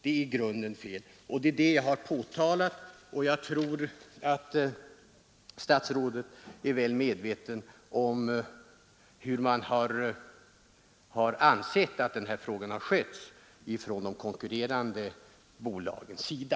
Det är i grunden fel, och det är det jag påtalat. Jag tror också att statsrådet är väl medveten om vad de konkurrerande bolagen anser om handläggningen av detta ärende.